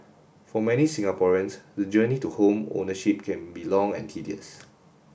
for many Singaporeans the journey to home ownership can be long and tedious